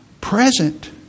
present